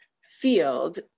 field